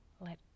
let